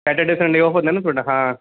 Saturday Sunday off ਹੁੰਦਾ ਨਾ ਤੁਹਾਡਾ ਹਾਂ